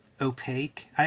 opaque